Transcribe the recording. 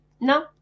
No